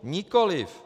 Nikoliv.